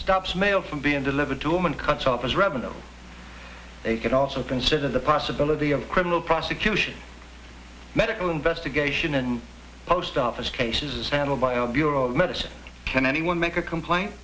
stops mail from being delivered to him and cuts off his revenue they can also consider the possibility of criminal prosecution medical investigation and post office cases handled by our bureau of medicine can anyone make a complaint